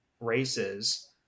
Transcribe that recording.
races